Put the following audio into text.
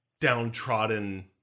downtrodden